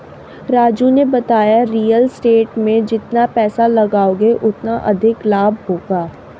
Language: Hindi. राजू ने बताया रियल स्टेट में जितना पैसे लगाओगे उतना अधिक लाभ होगा